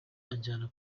anjyana